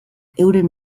euren